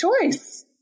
choice